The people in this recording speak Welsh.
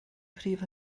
prif